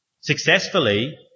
successfully